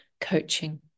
Coaching